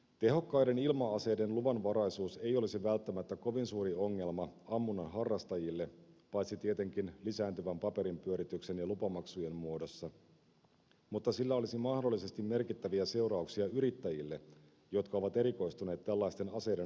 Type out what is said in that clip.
tehokkaiden ilma aseiden luvanvaraisuus ei olisi välttämättä kovin suuri ongelma ammunnan harrastajille paitsi tietenkin lisääntyvän paperinpyörityksen ja lupamaksujen muodossa mutta sillä olisi mahdollisesti merkittäviä seurauksia yrittäjille jotka ovat erikoistuneet tällaisten aseiden maahantuontiin ja myyntiin